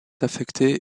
affecté